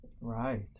Right